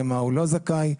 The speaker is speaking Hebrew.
למה הוא לא זכאי,